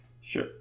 Sure